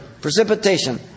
precipitation